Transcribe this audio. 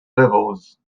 levels